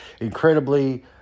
incredibly